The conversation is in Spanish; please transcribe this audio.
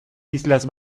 islas